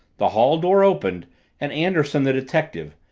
the hall door opened and anderson, the detective,